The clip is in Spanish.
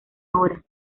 hora